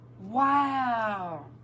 Wow